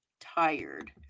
tired